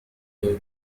إلى